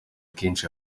kenshi